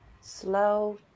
slow